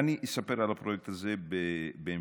ואני אספר על הפרויקט הזה בהמשך.